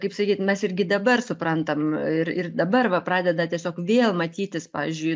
kaip sakyt mes irgi dabar suprantam ir ir dabar va pradeda tiesiog vėl matytis pavyzdžiui